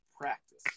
practice